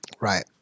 right